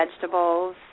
vegetables